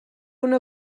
una